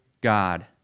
God